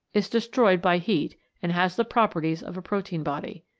is destroyed by heat and has the properties of a protein-body.